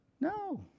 No